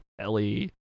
ellie